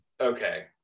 okay